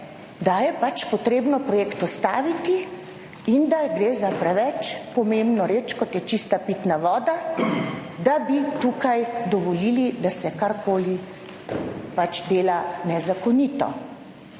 da je pač potrebno projekt ustaviti in da gre za preveč pomembno reč, kot je čista pitna voda, da bi tu dovolili, da se karkoli dela nezakonito.